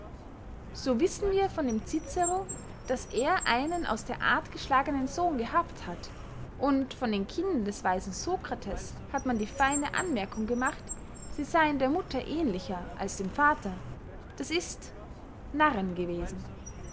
so wissen wir von dem cicero daß er einen aus der art geschlagenen sohn gehabt hat und von den kindern des weisen sokrates hat man die feine anmerkung gemacht sie seyen der mutter ähnlicher als dem vater das ist narren gewesen